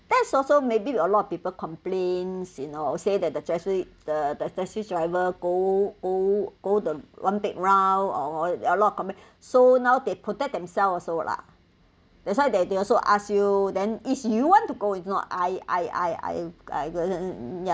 that's also maybe with a lot of people complains you know say that the taxi the the taxi driver go go go the one big round or or a lot of comment so now they protect themselves also lah that's why they they also ask you then is you want to go if not I I I I I ya